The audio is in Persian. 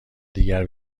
دیگر